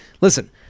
listen